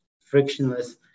frictionless